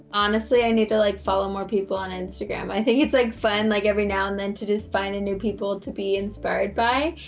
honestly, i need to like follow more people on instagram. i think it's like fun like every now and then to just find new people to be inspired by.